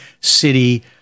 city